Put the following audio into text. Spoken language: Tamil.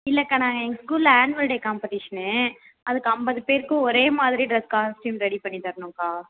இல்லைக்கா நாங்கள் எங்கள் ஸ்கூலில் ஆனுவல் டே காம்பட்டிஷன் அதுக்கு ஐம்பது பேருக்கும் ஒரே மாதிரி டிரெஸ் காஸ்ட்யூம் ரெடி பண்ணி தரணும்க்கா